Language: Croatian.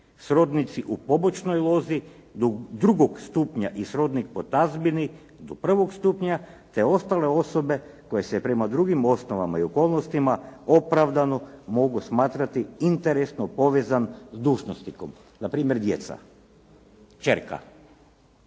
srodnici u pobočnoj lozi, drugog stupnja i srodnik po tazbini do prvog stupanja, te ostale osobe koje se prema drugim osnovama i okolnostima opravdano mogu smatrati interesno povezan sa dužnosnikom.“, npr. djeca, kćerka.